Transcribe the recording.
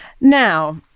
Now